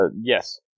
yes